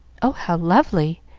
oh, how lovely!